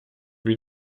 wie